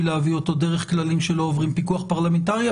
להביא אותו דרך כללים שלא עוברים פיקוח פרלמנטרי.